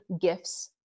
gifts